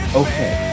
okay